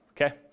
okay